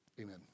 Amen